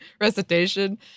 recitation